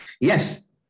yes